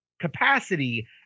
capacity